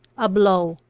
a blow!